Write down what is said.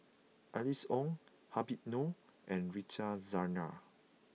Alice Ong Habib Noh and Rita Zahara